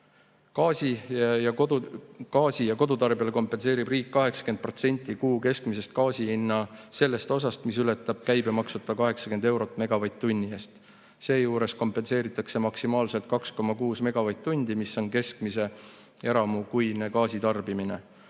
Gaasi kodutarbijale kompenseerib riik 80% kuu keskmisest gaasi hinna sellest osast, mis ületab käibemaksuta 80 eurot megavatt-tunni eest. Seejuures kompenseeritakse maksimaalselt 2,6 megavatt-tundi, mis on keskmise eramu kuine gaasitarbimine.